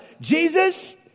Jesus